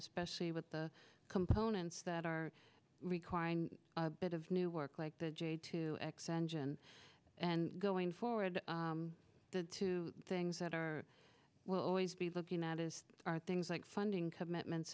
especially with the components that are required a bit of new work like the j two x engine and going forward did two things that are will always be looking at is are things like funding commitments